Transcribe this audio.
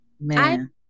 man